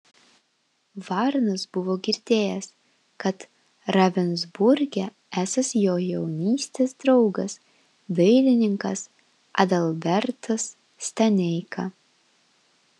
varnas buvo girdėjęs kad ravensburge esąs jo jaunystės draugas dailininkas adalbertas staneika